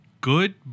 good